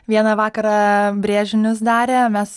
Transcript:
vieną vakarą brėžinius darė mes